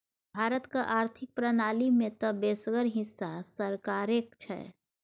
भारतक आर्थिक प्रणाली मे तँ बेसगर हिस्सा सरकारेक छै